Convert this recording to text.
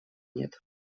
нет